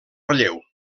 relleu